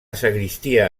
sagristia